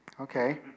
Okay